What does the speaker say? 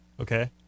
Okay